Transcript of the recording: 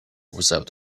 without